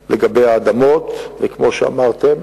פיצויים לגבי האדמות, וכמו שאמרתם,